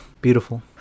beautiful